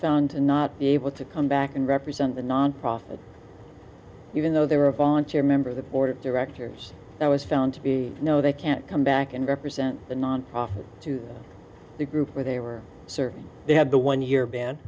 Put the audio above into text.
found to not be able to come back and represent the nonprofit even though they were a volunteer member of the board of directors that was found to be no they can't come back and represent the nonprofit to the group where they were serving they had the one year ban